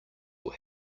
will